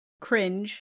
cringe